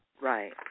Right